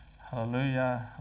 Hallelujah